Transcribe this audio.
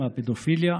מהפדופיליה,